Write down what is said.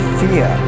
fear